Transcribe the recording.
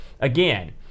Again